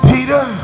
Peter